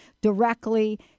directly